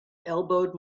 elbowed